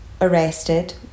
arrested